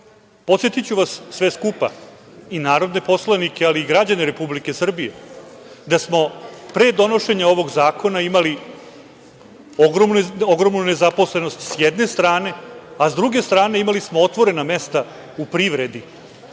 Podsetiću vas, sve skupa, i narodne poslanike, ali i građane Republike Srbije da smo pre donošenja ovog zakona imali ogromnu nezaposlenost jedne strane, a sa druge strane imali smo otvorena mesta u privredi.